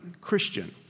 Christian